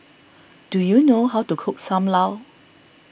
do you know how to cook Sam Lau